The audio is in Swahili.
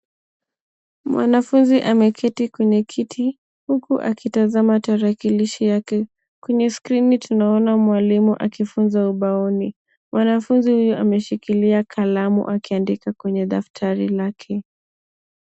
Mwanafunzi ameketi kwenye kiti, huku akitazama tarakilishi yake. Kwenye skrini, tunaona mwalimu akifunza ubaoni. Mwanafunzi huyu ameshikilia kalamu akiandika kwenye daftari lake.